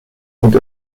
und